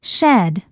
Shed